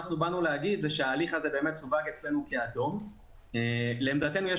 לעמדתנו,